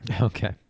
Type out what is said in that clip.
Okay